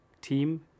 team